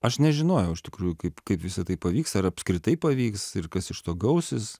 aš nežinojau iš tikrųjų kaip kaip visa tai pavyks ar apskritai pavyks ir kas iš to gausis